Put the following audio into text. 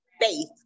faith